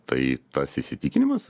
tai tas įsitikinimas